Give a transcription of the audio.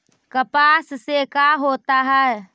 कपास से का होता है?